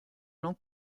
non